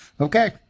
okay